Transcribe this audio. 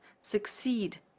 succeed